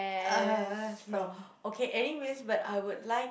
uh no okay anyways but I would like